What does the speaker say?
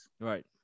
Right